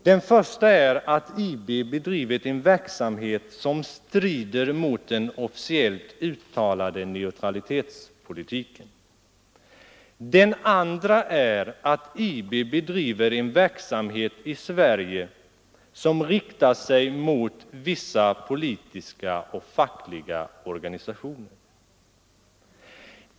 Den första är att IB bedrivit en verksamhet som strider mot den officiellt uttalade neutralitetspolitiken. Den andra är att IB bedriver en verksamhet i Sverige som riktar sig mot vissa politiska och fackliga organisationer.